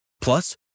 Plus